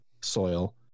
soil